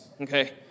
okay